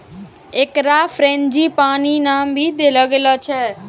एकरा फ़्रेंजीपानी नाम भी देलो गेलो छै